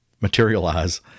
materialize